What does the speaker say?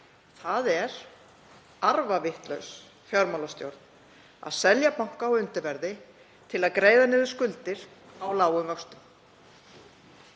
Það er arfavitlaus fjármálastjórn að selja banka á undirverði til að greiða niður skuldir á lágum vöxtum.